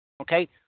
Okay